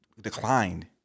declined